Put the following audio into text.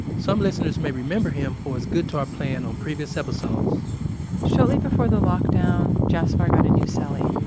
some listeners may remember him for his guitar playing on previous episodes shortly before the lockdown, jaspar got a new so cellie